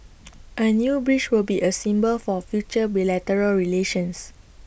A new bridge would be A symbol for future bilateral relations